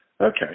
Okay